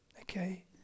Okay